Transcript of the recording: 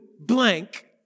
blank